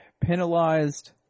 Penalized